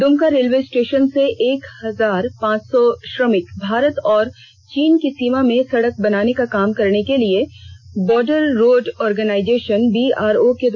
Dumka railway station से एक हजार पांच सौ श्रमिक भारत और चीन की सीमा में सड़क बनाने का काम करने के लिए बॉर्डर रोड ऑर्गनाइजेशन बीआरओ के द्वारा ले जाया जा रहा है